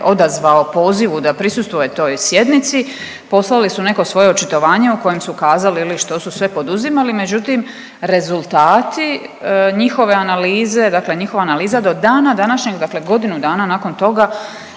odazvao pozivu da prisustvuje toj sjednici, poslali su neko svoje očitovanje u kojem su kazali je li, što su sve poduzimali međutim rezultati njihove analize, dakle njihova analiza do dana današnjeg dakle godinu dana nakon toga